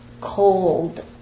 cold